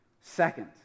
Second